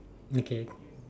okay